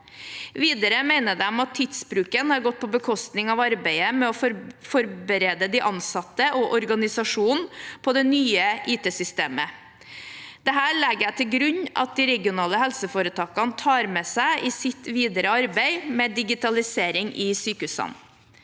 Videre mener de at tidsbruken har gått på bekostning av arbeidet med å forberede de ansatte og organisasjonen på det nye IT-systemet. Dette legger jeg til grunn at de regionale helseforetakene tar med seg i sitt videre arbeid med digitaliseringen i sykehusene.